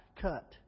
cut